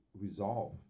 resolve